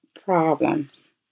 problems